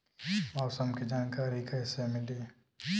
मौसम के जानकारी कैसे मिली?